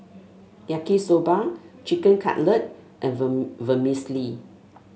Yaki Soba Chicken Cutlet and Vermicelli